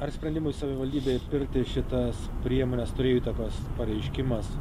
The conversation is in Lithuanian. ar sprendimai savivaldybei pirkti šitas priemones turėjo įtakos pareiškimas